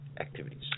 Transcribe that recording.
activities